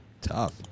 tough